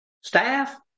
staff